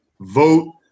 vote